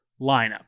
lineup